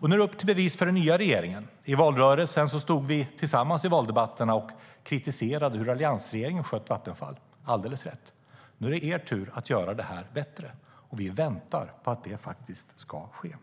Nu är det upp till bevis för den nya regeringen. I valrörelsen stod vi tillsammans i valdebatterna och kritiserade hur alliansregeringen hade skött Vattenfall - med all rätt. Nu är det er tur att göra det bättre. Och vi väntar på att det ska ske.